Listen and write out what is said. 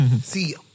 see